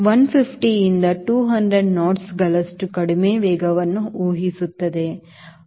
150 ರಿಂದ 200 knotsಗಳಷ್ಟು ಕಡಿಮೆ ವೇಗವನ್ನು ಊಹಿಸುತ್ತವೆ